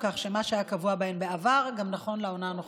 כך שמה שהיה קבוע בהן בעבר נכון גם לעונה הנוכחית.